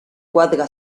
cuadra